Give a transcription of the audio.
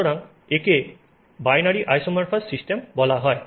সুতরাং একে binary isomorphous system বলা হয়